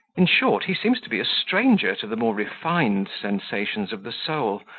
in short, he seems to be a stranger to the more refined sensations of the soul,